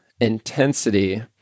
intensity